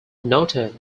noted